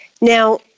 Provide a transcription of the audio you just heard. Now